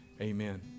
amen